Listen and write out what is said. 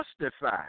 justify